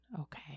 Okay